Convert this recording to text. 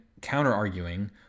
counter-arguing